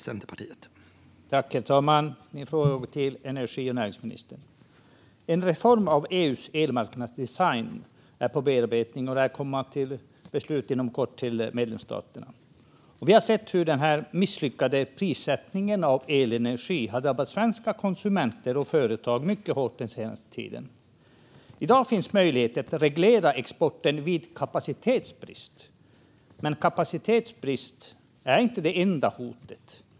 Herr talman! Min fråga går till energi och näringsministern. En reform av EU:s elmarknadsdesign är under bearbetning och lär komma till medlemsstaterna inom kort för beslut. Vi har sett hur den misslyckade prissättningen när det gäller elenergi har drabbat svenska konsumenter och företag mycket hårt den senaste tiden. I dag finns möjlighet att reglera exporten vid kapacitetsbrist. Men kapacitetsbrist är inte det enda hotet.